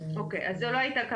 שבסוף זהו הדבר החשוב ביותר,